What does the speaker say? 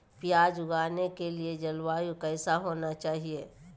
प्याज उगाने के लिए जलवायु कैसा होना चाहिए?